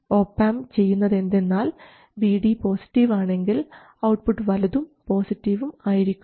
op amp ചെയ്യുന്നത് എന്തെന്നാൽ Vd positive ആണെങ്കിൽ ഔട്ട്പുട്ട് വലുതും പോസിറ്റീവും ആയിരിക്കും